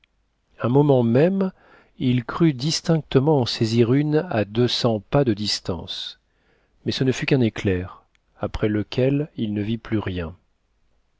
un moment même il crut distinctement en saisir une à deux cents pas de distance mais ce ne fut qu'un éclair après lequel il ne vit plus rien